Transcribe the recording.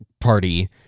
party